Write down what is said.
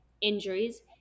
injuries